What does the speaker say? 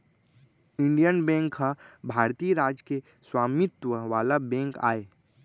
Indian bank ह भारतीय राज के स्वामित्व वाला बेंक आय